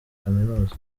kaminuza